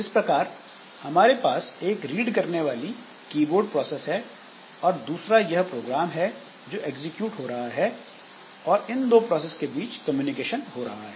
इस प्रकार हमारे पास एक रीड करने वाली कीबोर्ड प्रोसेस है और दूसरा यह प्रोग्राम है जो एग्जीक्यूट हो रहा है और इन दो प्रोसेस के बीच कम्युनिकेशन हो रहा है